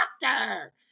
doctor